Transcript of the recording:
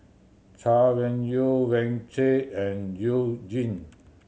Chay Weng Yew and You Jin